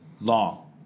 long